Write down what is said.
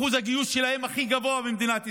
אחוז הגיוס שלהם הכי גבוה במדינת ישראל,